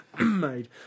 made